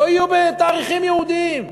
לא יהיו בתאריכים יהודיים.